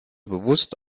bewusst